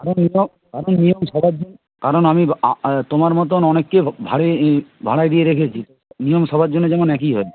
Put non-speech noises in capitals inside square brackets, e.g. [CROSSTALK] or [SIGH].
[UNINTELLIGIBLE] নিয়ম সবার [UNINTELLIGIBLE] কারণ আমি [UNINTELLIGIBLE] তোমার মতন অনেককে [UNINTELLIGIBLE] ভাড়ায় দিয়ে রেখেছি নিয়ম সবার জন্য যেমন একই হয়